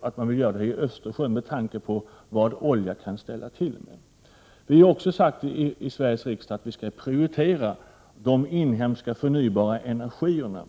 att man vill göra det i Östersjön, just med tanke på vad olja kan ställa till med. Det har i Sveriges riksdag också sagts att vi skall prioritera de inhemska, förnybara energislagen.